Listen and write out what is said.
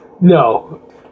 No